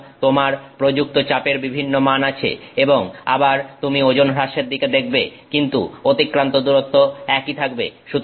সুতরাং তোমার প্রযুক্ত চাপের বিভিন্ন মান আছে এবং আবার তুমি ওজন হ্রাসের দিকে দেখবে কিন্তু অতিক্রান্ত দূরত্ব একই থাকবে